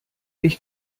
ich